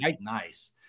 Nice